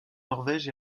norvège